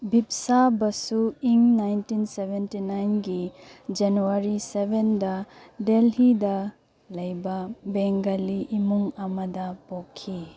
Bipasha Basu in nineteen seventy ꯅꯥꯏꯟꯒꯤ January ꯁꯕꯦꯟꯗ ꯗꯦꯜꯂꯤꯗ ꯂꯩꯕ ꯕꯦꯡꯒꯥꯂꯤ ꯏꯃꯨꯡ ꯑꯃꯗ ꯄꯣꯛꯈꯤ